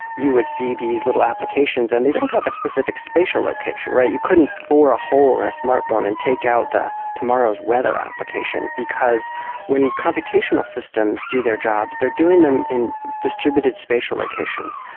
you would see these little applications and they don't have a specific spatial location, right, you couldn't bore a hole in a smart phone and take out tomorrow's weather application, because when computational systems do their jobs they're doing them in distributed spatial locations.